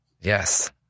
yes